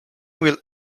will